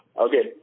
Okay